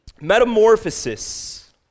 Metamorphosis